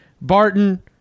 Barton